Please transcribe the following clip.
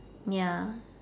ya